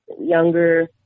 Younger